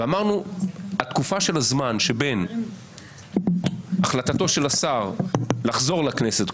ואמרנו שהתקופה של הזמן שבין החלטתו של השר לחזור לכנסת,